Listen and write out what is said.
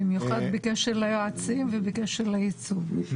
במיוחד בקשר ליועצים ובקשר לייצוג.